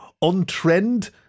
On-trend